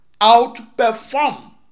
outperform